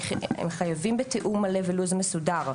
הם חייבים בתיאום מלא ולו"ז מסודר,